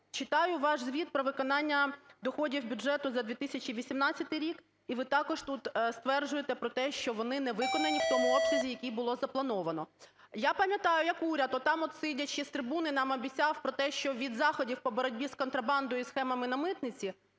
Читаю ваш звіт про виконання доходів бюджету за 2018 рік. І ви також тут стверджуєте про те, що вони не виконані в тому обсязі, який було заплановано. Я пам'ятаю, як уряд, от там от сидячи, з трибуни нам обіцяв про те, що від заходів по боротьбі з контрабандою і схемами на митниці